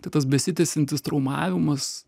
tai tas besitęsiantis traumavimas